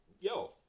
yo